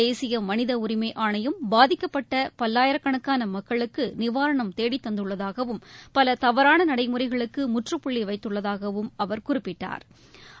தேசிய மனித உரிமை ஆணையம் பாதிக்கப்பட்ட பல்லாயிரக்கணக்கான மக்களுக்கு நிவாரணம் தேடித்தந்துள்ளதாகவும் பல தவறாள நடைமுறைகளுக்கு முற்றுப்புள்ளி வைத்துள்ளதாகவும் அவர் குறிப்பிட்டா்